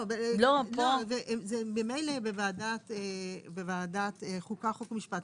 זה במילא בוועדת החוקה, חוק ומשפט.